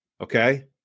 Okay